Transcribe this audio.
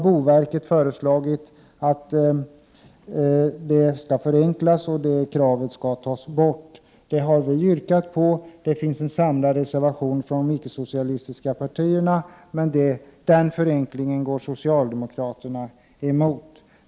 Boverket har föreslagit att man skall göra en förenkling och att det kravet skall tas bort. Vi har yrkat på detta, och det finns en samlad motion därom från de icke-socialistiska partierna. Men den förenklingen går socialdemokraterna emot.